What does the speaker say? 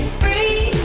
free